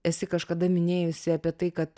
esi kažkada minėjusi apie tai kad